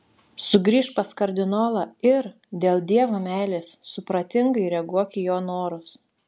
sugrįžk pas kardinolą ir dėl dievo meilės supratingai reaguok į jo norus